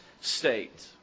state